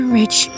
rich